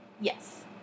Yes